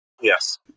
Yes